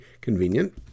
convenient